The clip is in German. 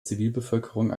zivilbevölkerung